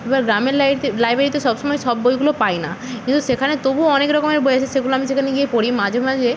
এবার গ্রামের লাইতে লাইব্রেরিতে সবসময় সব বইগুলো পাই না কিন্তু সেখানে তবুও অনেক রকমের বই আছে সেগুলো আমি সেখানে গিয়ে পড়ি মাঝে মাঝে